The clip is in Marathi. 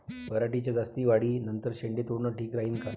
पराटीच्या जास्त वाढी नंतर शेंडे तोडनं ठीक राहीन का?